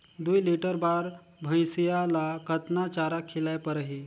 दुई लीटर बार भइंसिया ला कतना चारा खिलाय परही?